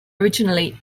originally